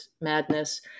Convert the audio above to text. madness